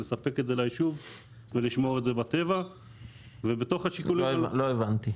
לספק את זה ליישוב ולשמור את זה בטבע ובתוך השיקולים --- לא הבנתי.